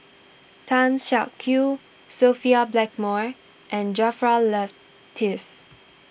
Tan Siak Kew Sophia Blackmore and Jaafar Latiff